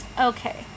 Okay